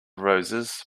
roses